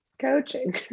Coaching